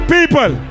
People